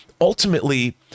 ultimately